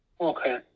Okay